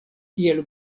kiel